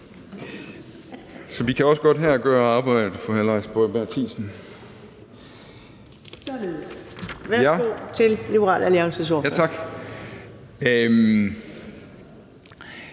Så vi kan også godt her gøre arbejdet for hr. Lars Boje Mathiesen). Værsgo til Liberal Alliances ordfører. Kl. 15:19